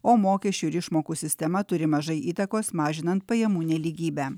o mokesčių ir išmokų sistema turi mažai įtakos mažinant pajamų nelygybę